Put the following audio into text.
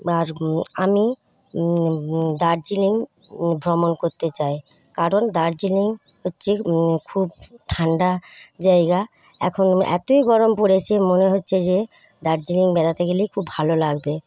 আর আমি দার্জিলিং ভ্রমণ করতে চাই কারণ দার্জিলিং হচ্ছে খুব ঠান্ডা জায়গা এখন এতোই গরম পড়েছে মনে হচ্ছে যে দার্জিলিং বেড়াতে গেলেই খুব ভালো লাগবে